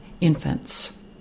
infants